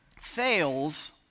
fails